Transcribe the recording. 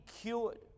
cured